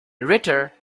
ritter